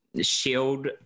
shield